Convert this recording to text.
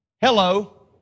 Hello